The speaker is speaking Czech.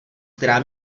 která